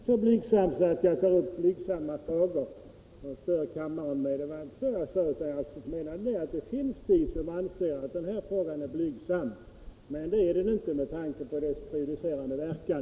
Herr talman! Jag är inte så blygsam att jag tar upp och stör kammaren med blygsamma frågor — det var inte så jag sade. Jag sade att det finns de som anser att den här frågan är blygsam, men det är den inte med tanke på dess prejudicerande verkan.